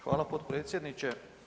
Hvala potpredsjedniče.